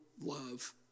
love